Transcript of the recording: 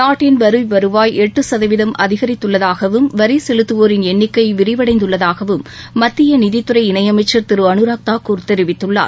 நாட்டின் வரிவருவாய் எட்டு சதவீதம் அதிகரித்துள்ளதாகவும் வரி செலுத்துவோரின் எண்ணிக்கை விரிவடைந்துள்ளதாகவும் மத்திய நிதித்துறை இணையமைச்சர் திரு அனுராக் தாகூர் தெரிவித்துள்ளார்